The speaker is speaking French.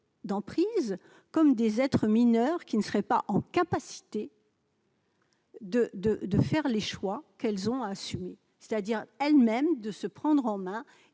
d'emprise comme des être mineure qui ne serait pas en capacité. De, de, de faire les choix qu'elles ont assumé, c'est-à-dire elle-même de se prendre en main